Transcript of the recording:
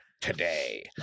today